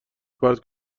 پرت